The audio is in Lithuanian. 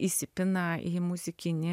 įsipina į muzikinį